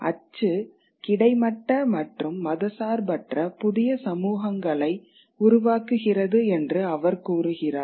அச்சு கிடைமட்ட மற்றும் மதச்சார்பற்ற புதிய சமூகங்களை உருவாக்குகிறது என்று அவர் கூறுகிறார்